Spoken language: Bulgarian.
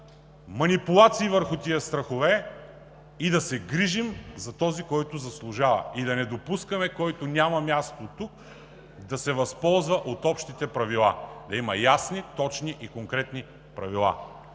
манипулации върху тези страхове, да се грижим за този, който заслужава, и да не допускаме който няма място тук да се възползва от общите правила. Да има ясни, точни и конкретни правила.